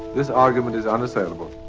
this argument is unassailable.